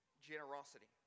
generosity